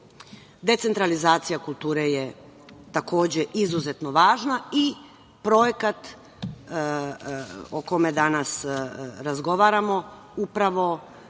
komotno. Decentralizacija kulture je, takođe, izuzetno važna i projekat o kome danas razgovaramo upravo